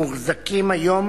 המוחזקים היום